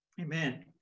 Amen